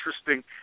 interesting